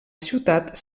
ciutat